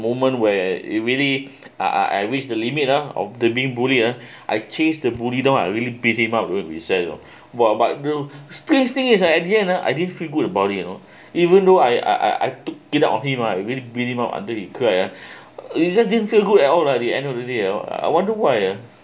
moment where it really uh I I reach the limit uh of the being bullied uh I chase the bully down I really beat him up what but real strange thing is I didn't ha I didn't feel good about it you know even though I I I took it out on him ha I really beat him up until he cry it's just didn't feel good at all ha the end of the day uh I wonder why